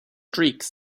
streak